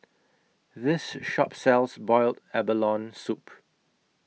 This Shop sells boiled abalone Soup